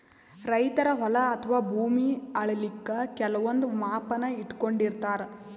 ರೈತರ್ ಹೊಲ ಅಥವಾ ಭೂಮಿ ಅಳಿಲಿಕ್ಕ್ ಕೆಲವಂದ್ ಮಾಪನ ಇಟ್ಕೊಂಡಿರತಾರ್